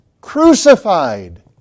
crucified